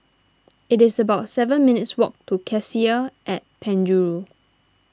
it's about seven minutes' walk to Cassia at Penjuru